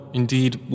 indeed